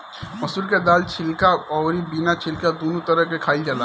मसूर के दाल छिलका अउरी बिना छिलका दूनो तरह से खाइल जाला